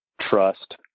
trust